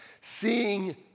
Seeing